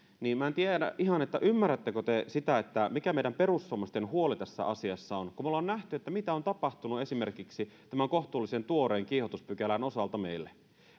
minä en ihan tiedä ymmärrättekö te sitä mikä meidän perussuomalaisten huoli tässä asiassa on kun me olemme nähneet mitä on tapahtunut esimerkiksi tämän kohtuullisen tuoreen kiihotuspykälän osalta meille